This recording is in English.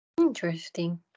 Interesting